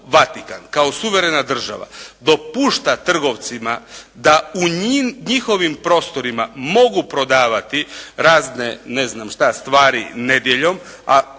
Vatikan kao suverena država dopušta trgovcima da u njihovim prostorima mogu prodavati razne, ne znam